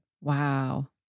Wow